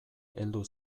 heldu